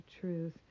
truth